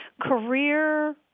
career